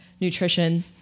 nutrition